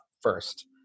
first